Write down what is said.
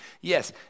Yes